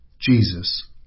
Jesus